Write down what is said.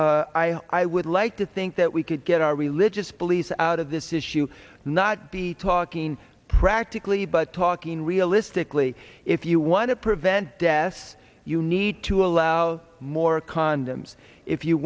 i would like to think that we could get our religious beliefs out of this issue not be talking practically but talking realistically if you want to prevent death you need to allow more condoms if you